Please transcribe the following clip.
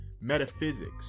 metaphysics